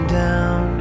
down